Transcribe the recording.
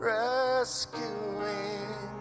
rescuing